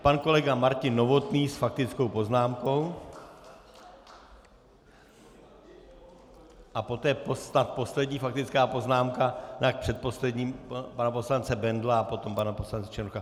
Pan kolega Martin Novotný s faktickou poznámkou a poté poslední faktická poznámka tak předposlední, pana poslance Bendla a potom pana poslance Černocha.